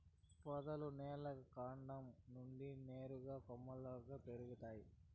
పొదలు నేల కాండం నుంచి అనేక కొమ్మలుగా పెరుగుతాయి